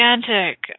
gigantic